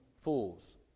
fools